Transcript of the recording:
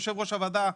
יו"ר הוועדה,